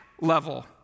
level